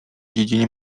dziedzinie